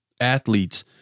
athletes